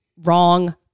Wrong